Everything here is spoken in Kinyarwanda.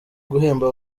guhemba